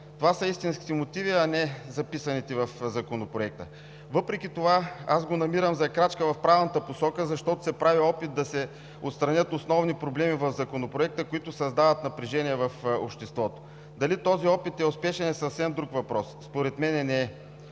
Това са истинските мотиви, а не записаните в Законопроекта. Въпреки това го намирам за крачка в правилната посока, защото се прави опит да се отстранят основни проблеми в Законопроекта, които създават напрежение в обществото. Дали този опит е успешен, е съвсем друг въпрос. Според мен не е.